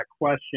question